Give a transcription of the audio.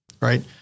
right